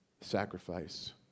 Sacrifice